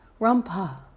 Rumpa